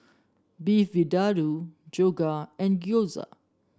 Beef Vindaloo Dhokla and Gyoza